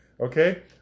Okay